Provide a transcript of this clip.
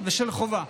ושל חובה.